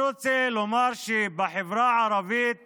אני רוצה לומר שבחברה הערבית